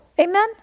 Amen